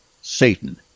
Satan